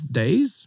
days